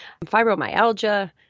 fibromyalgia